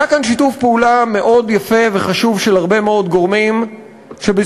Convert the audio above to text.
היה כאן שיתוף פעולה מאוד יפה וחשוב של הרבה מאוד גורמים שבזכותם